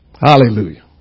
Hallelujah